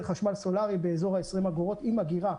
חשמל סולארי באזור 20 אגורות עם אגירה.